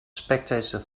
spectator